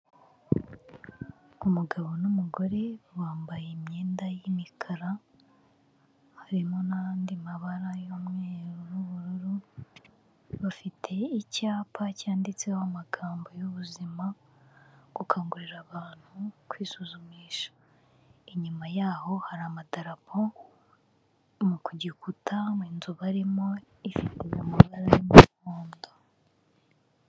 Umugabo n'umugore bambaye imyenda y'imikara harimo n'andi mabara y'umweru n'ubururu bafite icyapa cyanditseho amagambo y'ubuzima gukangurira abantu kwisuzumisha, inyuma yaho hari amadarapo mu kugikuta mu inzu barimo ifite umubara y'umuhondo.